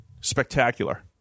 Spectacular